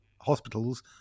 hospitals